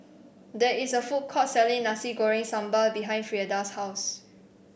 there is a food court selling Nasi Goreng Sambal behind Frieda's house